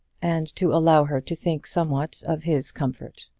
and to allow her to think somewhat of his comfort.